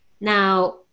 now